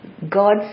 God's